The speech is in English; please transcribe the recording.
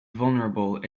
vulnerable